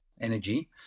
energy